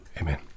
Amen